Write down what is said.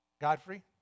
Godfrey